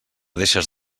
deixes